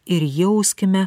ir jauskime